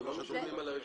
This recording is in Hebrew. לא, לא משלמים על הראשונה.